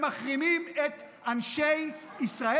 הם מחרימים את אנשי ישראל?